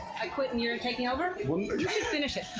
i quit and you're and taking over? wou finish it